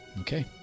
Okay